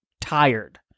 tired